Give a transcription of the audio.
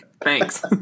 Thanks